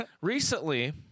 recently